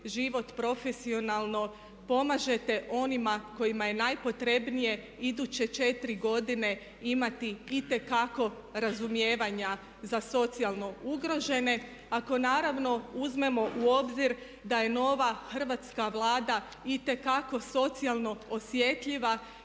život profesionalno pomažete onima kojima je najpotrebnije iduće četiri godine imati itekako razumijevanja za socijalno ugrožene ako naravno uzmemo u obzir da je nova hrvatska Vlada itekako socijalno osjetljiva